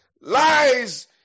lies